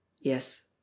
Yes